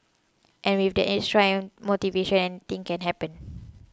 and with that extra motivation anything can happen